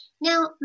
now